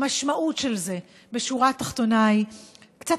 המשמעות של זה בשורה תחתונה היא קצת